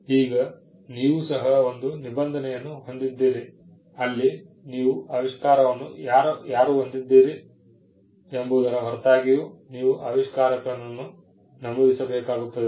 ಈಗ ನೀವು ಸಹ ಒಂದು ನಿಬಂಧನೆಯನ್ನು ಹೊಂದಿದ್ದೀರಿ ಅಲ್ಲಿ ನೀವು ಆವಿಷ್ಕಾರವನ್ನು ಯಾರು ಹೊಂದಿದ್ದೀರಿ ಎಂಬುದರ ಹೊರತಾಗಿಯೂ ನೀವು ಆವಿಷ್ಕಾರಕನನ್ನು ನಮೂದಿಸಬೇಕಾಗುತ್ತದೆ